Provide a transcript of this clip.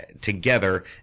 together